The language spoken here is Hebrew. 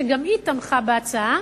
שגם היא תמכה בהצעה.